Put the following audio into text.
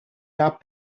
that